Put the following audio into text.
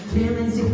Feelings